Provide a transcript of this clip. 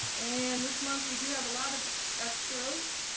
and this month we do have a lot of extras